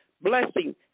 Blessing